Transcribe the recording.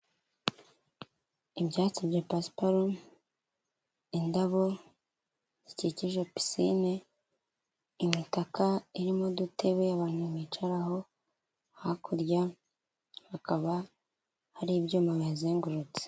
Ibyatsi bya pasiparume, indabo zikikije pisine, imitaka irimo udutebe abantu bicararaho, hakurya hakaba hari ibyuma bihazengurutse.